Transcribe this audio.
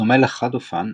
בדומה לחד-אופן,